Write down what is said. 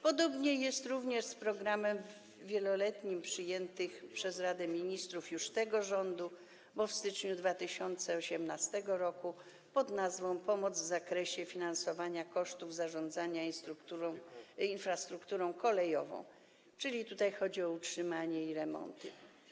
Podobnie jest również z programem wieloletnim przyjętym przez Radę Ministrów tego rządu w styczniu 2018 r. pod nazwą „Pomoc w zakresie finansowania kosztów zarządzania infrastrukturą kolejową”, czyli chodzi o utrzymanie i remonty.